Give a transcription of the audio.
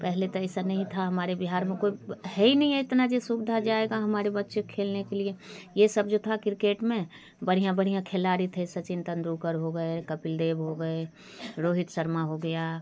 पहले तो ऐसा नहीं था हमारे बिहार में कोई है ही नहीं इतनी सुविधा जाएंगे हमारे बच्चे खेलने के लिए ये सब जो था क्रिकेट में बढ़िया बढ़िया खिलाड़ी थे सचिन तेंदुलकर हो गए है कपिल देव हो गए रोहित शर्मा हो गया